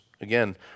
again